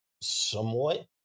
somewhat